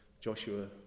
Joshua